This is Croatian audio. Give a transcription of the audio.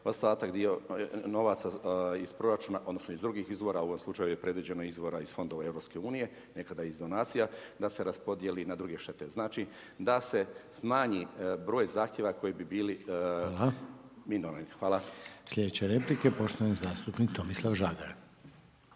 ostatak dio, novaca iz proračuna, odnosno, iz drugih izvora, u ovom slučaju je predviđeno izvora iz fondova EU, nekada iz donacija, da se raspodjeli na druge štete, znači da se smanji broj zahtjeva koji bi bili …/Govornik se ne razumije./… Hvala.